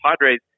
Padres